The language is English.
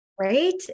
Right